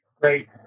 Great